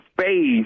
space